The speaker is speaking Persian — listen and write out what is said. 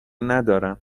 ندارم